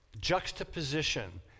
juxtaposition